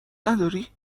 نداری